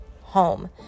home